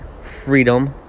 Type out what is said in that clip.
freedom